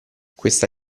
questa